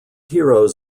heroes